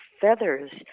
feathers